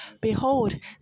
Behold